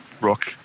rock